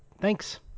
Thanks